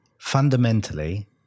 Fundamentally